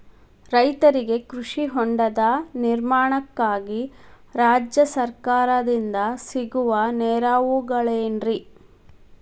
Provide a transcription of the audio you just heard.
ರೈತರಿಗೆ ಕೃಷಿ ಹೊಂಡದ ನಿರ್ಮಾಣಕ್ಕಾಗಿ ರಾಜ್ಯ ಸರ್ಕಾರದಿಂದ ಸಿಗುವ ನೆರವುಗಳೇನ್ರಿ?